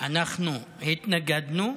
אנחנו התנגדנו,